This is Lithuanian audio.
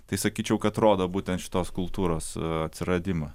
tai sakyčiau kad rodo būtent šitos kultūros atsiradimą